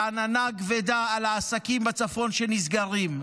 ועננה כבדה על העסקים בצפון, שנסגרים,